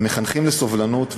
הם מחנכים לסובלנות ולשוויון,